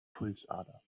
pulsader